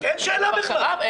אין שאלה בכלל.